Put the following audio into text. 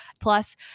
Plus